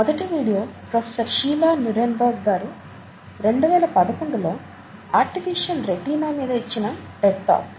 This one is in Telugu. మొదటి వీడియో ప్రొఫెసర్ షీలా నిరేన్బెర్గ్ గారు 2011 లో ఆర్టిఫిషల్ రెటీనా మీద ఇచ్చిన టెడ్ టాక్